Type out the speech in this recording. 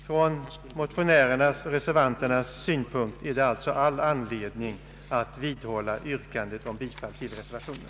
Från motionärernas och reservanternas synpunkt är det alltså all anledning att vidhålla yrkandet om bifall till reservationen.